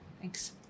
thanks